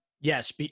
Yes